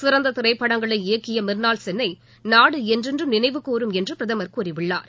சிறந்த திரைப்படங்களை இயக்கிய மிர்னால் சென்னை நாடு என்றென்றும் நினைவு கூரும் என்று பிரதமர் கூறியுள்ளார்